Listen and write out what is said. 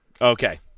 Okay